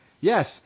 Yes